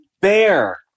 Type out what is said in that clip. bear